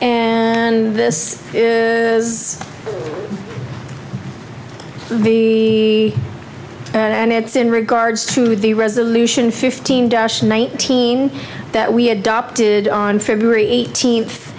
and this is the and it's in regards to the resolution fifteen dash nineteen that we adopted on february eighteenth